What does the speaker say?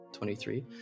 23